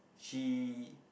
he